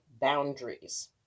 boundaries